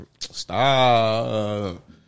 Stop